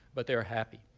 but they're happy.